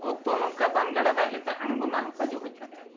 ᱚᱠᱛᱚ ᱱᱚᱝᱠᱟ ᱵᱟᱱ ᱜᱟᱰᱟ ᱫᱟᱜ ᱞᱮᱠᱟ ᱟᱬᱜᱚᱱᱟ ᱚᱠᱟ ᱡᱚᱦᱚᱡ ᱨᱟᱠᱟᱵ ᱟ